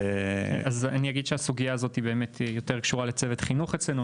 אני אגיד שהסוגייה הזאת באמת יותר קשורה לצוות חינוך אצלנו,